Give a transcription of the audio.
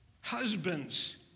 Husbands